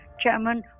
Chairman